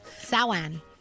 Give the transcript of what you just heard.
Sawan